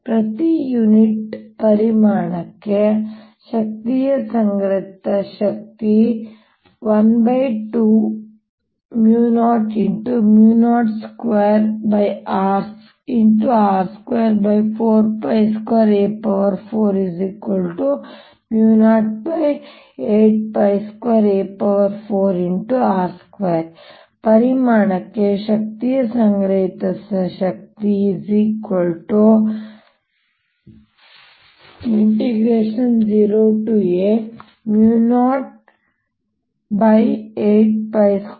ಪ್ರತಿ ಯೂನಿಟ್ ಪರಿಮಾಣಕ್ಕೆ ಶಕ್ತಿಯ ಸಂಗ್ರಹಿತ ಶಕ್ತಿ 12002r242a4082a4r2 ಪರಿಮಾಣಕ್ಕೆ ಶಕ್ತಿಯ ಸಂಗ್ರಹಿತ ಶಕ್ತಿ 0a082a4r2